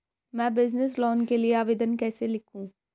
मैं business loan के लिए आवेदन कैसे लिखूँ?